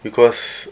because